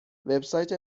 وبسایت